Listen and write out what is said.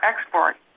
export